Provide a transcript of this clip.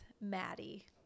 Maddie